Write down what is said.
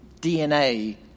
DNA